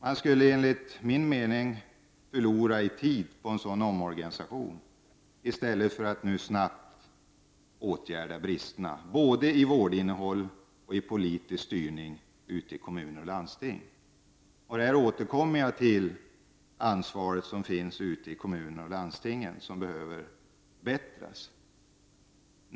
Man skulle enligt min mening förlora i tid på en sådan omorganisation, i stället för att nu snabbt åtgärda bristerna både i vårdinnehåll och i politisk styrning ute i kommuner och landsting. Här återkommer jag till ansvaret ute i kommuner och landsting, som behöver förbättras.